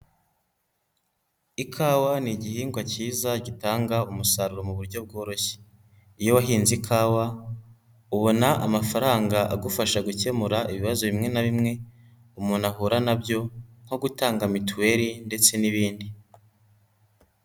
Ikawa ni igihingwa cyiza gitanga umusaruro mu buryo bworoshye, iyo uhinze ikawa ubona amafaranga agufasha gukemura ibibazo bimwe na bimwe umuntu ahura na byo nko gutanga mituweli ndetse n'ibindi.